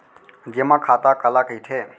जेमा खाता काला कहिथे?